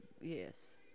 Yes